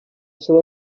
seua